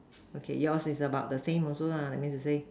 okay yours is about the same also lah that means to say